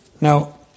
Now